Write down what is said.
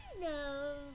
No